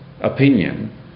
opinion